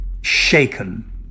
shaken